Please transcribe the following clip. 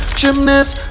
gymnast